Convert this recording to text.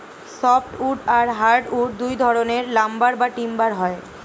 soft wood আর hard wood দুই ধরনের লাম্বার বা টিম্বার হয়